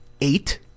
Eight